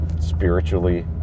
spiritually